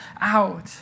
out